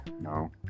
no